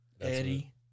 Eddie